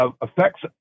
affects